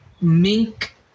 Mink